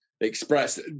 Express